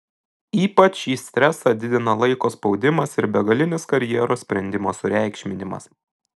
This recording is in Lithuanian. ypač šį stresą didina laiko spaudimas ir begalinis karjeros sprendimo sureikšminimas